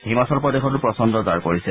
হিমাচল প্ৰদেশতো প্ৰচণ্ণ জাৰ পৰিছে